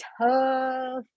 tough